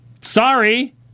Sorry